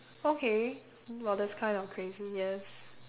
okay well that's kind of crazy yes